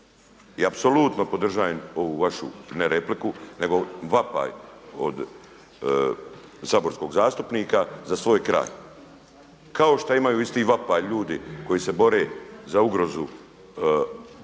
i apsolutno podržajem ovu vašu ne repliku nego vapaj od saborskog zastupnika za svoj kraj, kao što imaju isti vapaj ljudi koji se bore za ugrozu naših